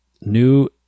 new